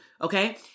Okay